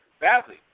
Badly